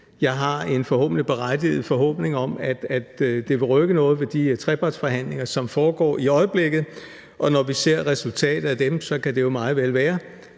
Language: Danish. Jeg har en berettiget forhåbning om, at det forhåbentlig vil rykke noget ved de trepartsforhandlinger, som foregår i øjeblikket. Og når vi ser resultatet af dem, kan det jo meget vel være,